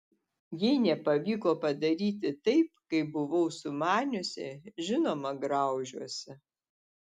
jei nepavyko padaryti taip kaip buvau sumaniusi žinoma graužiuosi